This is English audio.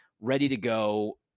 ready-to-go